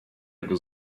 jego